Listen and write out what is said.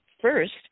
first